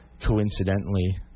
coincidentally